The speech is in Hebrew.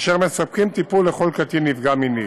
אשר מספקים טיפול לכל קטין נפגע מינית.